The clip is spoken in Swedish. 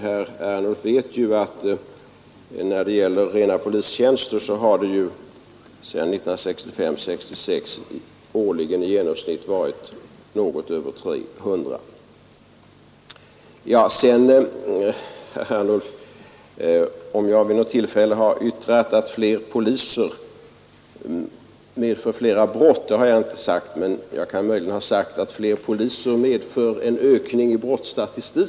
Herr Ernulf vet ju att antalet rena polistjänster sedan 1965/66 årligen ökat med i genomsnitt något över 300. Herr Ernulf säger att jag vid något tillfälle har yttrat att flera poliser medför flera brott. Det har jag inte sagt, men jag kan möjligen ha sagt att fler poliser medför en ökning i brottsstatistiken.